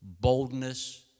boldness